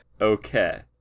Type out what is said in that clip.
Okay